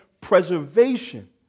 preservation